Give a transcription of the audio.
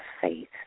faith